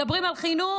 מדברים על חינוך,